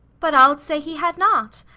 but i'd say he had not,